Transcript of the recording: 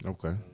Okay